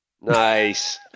Nice